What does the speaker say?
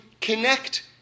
connect